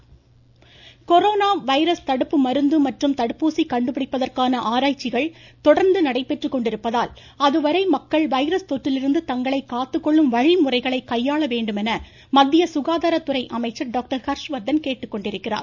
Harsh Vardhan corona virus தடுப்பு மருந்து மற்றும் தடுப்பூசி கண்டுபிடிப்பதற்கான ஆராய்ச்சிகள் தொடர்ந்து நடைபெற்று கொண்டிருப்பதால் அதுவரை மக்கள் வைரஸ் தொற்றிலிருந்து தங்களை காத்து கொள்ளும் வழிமுறைகளை கையாள வேண்டும் என மத்திய சுகாதாரத்துறை அமைச்சர் டாக்டர் ஹர்ஷ் வர்தன் கேட்டுக்கொண்டிருக்கிறார்